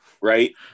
Right